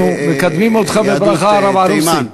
אנחנו מקדמים אותך בברכה, הרב ערוסי.